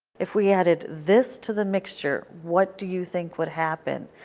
if we added this to the mixture, what do you think would happen?